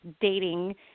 dating